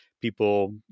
people